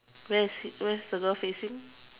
where is it where is the girl facing